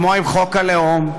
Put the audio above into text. כמו עם חוק הלאום,